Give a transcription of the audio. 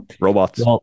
robots